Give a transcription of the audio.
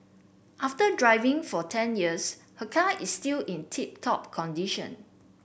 after driving for ten years her car is still in tip top condition